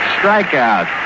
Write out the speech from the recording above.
strikeout